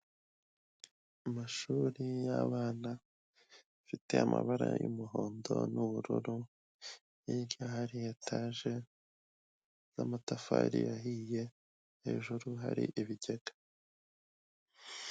Amashuri y'abana afite amabara y'umuhondo n'ubururu, hirya hari etaje y'amatafari ahiye, hejuru hari ibigega.